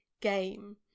game